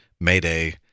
mayday